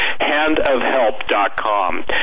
Handofhelp.com